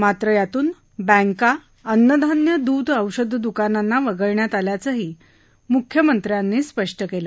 मात्र यातून बँका अन्नधान्य दूध औषधं दूकानांना वगळण्यात आल्याचंही मुख्यमंत्र्यांनी स्पष्ट केलं